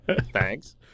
Thanks